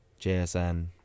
JSN